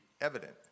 evident